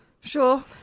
Sure